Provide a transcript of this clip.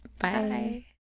Bye